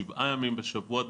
שבעה ימים בשבוע.